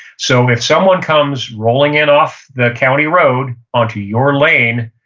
so if someone comes rolling in off the county road onto your lane,